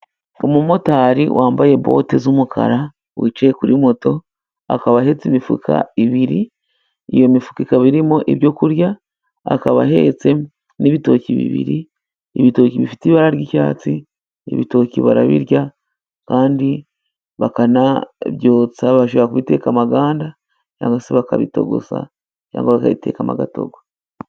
Umumotari wambaye bote z'umukara wicaye kuri moto, Akaba ahetse imifuka ibiri. Iyo mifuka ikaba irimo ibyokurya, akaba ahetse n'ibitoki bibiri. Ibitoki bifite ibara ry'icyatsi. Ibitoki barabirya kandi bakanabyotsa, bashaka guteka amaganda cyangwa se bakabitogoza cyangwa bagayitekamo gatotogo.